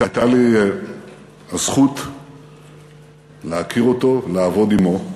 הייתה לי הזכות להכיר אותו ולעבוד עמו,